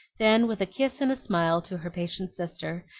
then, with a kiss and a smile to her patient sister,